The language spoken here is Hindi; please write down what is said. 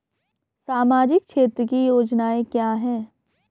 सामाजिक क्षेत्र की योजनाएं क्या हैं?